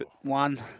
One